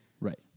Right